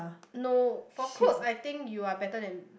no for clothes I think you are better than